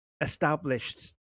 established